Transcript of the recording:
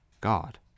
God